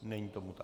Není tomu tak.